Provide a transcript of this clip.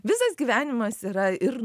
visas gyvenimas yra ir